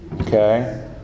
okay